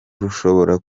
rushobora